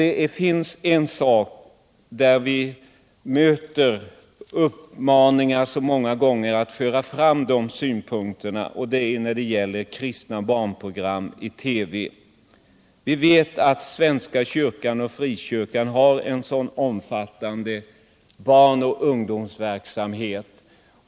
En synpunkt som vi många gånger får uppmaning att föra fram gäller kristna barnprogram i TV. Vi vet att svenska kyrkan och frikyrkan har en omfattande barnoch ungdomsverksamhet.